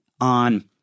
on